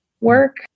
work